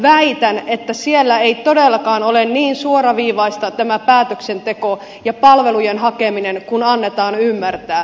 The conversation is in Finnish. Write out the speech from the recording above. väitän että siellä ei todellakaan ole niin suoraviivaista tämä päätöksenteko ja palvelujen hakeminen kuin annetaan ymmärtää